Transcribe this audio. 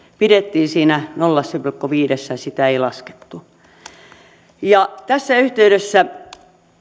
pidettiin siinä nolla pilkku viidessä sitä ei laskettu tässä yhteydessä